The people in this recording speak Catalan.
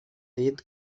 dit